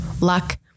luck